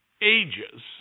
ages